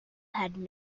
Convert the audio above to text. had